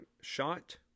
shot